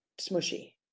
smushy